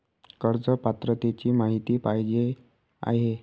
कर्ज पात्रतेची माहिती पाहिजे आहे?